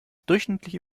durchschnittliche